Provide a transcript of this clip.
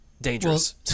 Dangerous